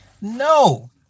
No